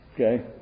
Okay